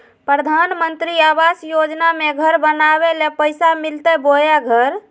प्रधानमंत्री आवास योजना में घर बनावे ले पैसा मिलते बोया घर?